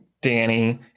Danny